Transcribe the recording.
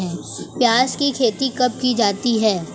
प्याज़ की खेती कब की जाती है?